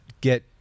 get